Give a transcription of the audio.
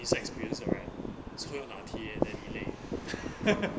he's experienced alright 所以拿 T_A then delay